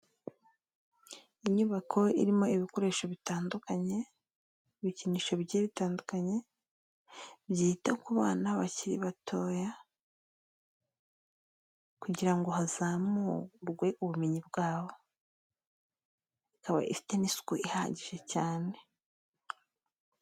Inyubako irimo ibikoresho bitandukanye, ibikinisho bigiye bitandukanye byita ku bana bakiri batoya kugira ngo hazamurwe ubumenyi bwabo, ikaba ifite n'isuku ihagije cyane.